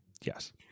Yes